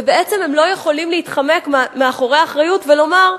ובעצם הם לא יכולים להתחמק מהאחריות ולומר: